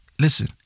listen